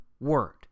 word